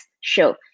show